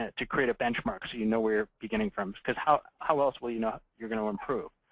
ah to create a benchmark, so you know where you're beginning from. because how how else will you know you're going to improve?